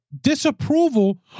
disapproval